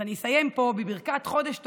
אני אסיים פה בברכת חודש טוב,